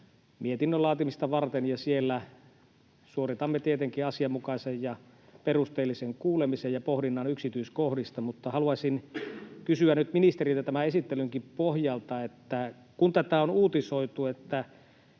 mietinnön laatimista varten, ja siellä suoritamme tietenkin asianmukaisen ja perusteellisen kuulemisen ja pohdinnan yksityiskohdista. Haluaisin kysyä ministeriltä nyt tämän esittelynkin pohjalta, että kun tätä on uutisoitu niin, että